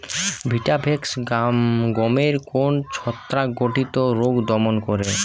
Vitavax গমের কোন ছত্রাক ঘটিত রোগ দমন করে?